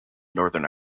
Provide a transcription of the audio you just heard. northern